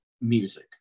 music